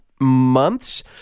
months